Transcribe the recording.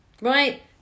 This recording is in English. right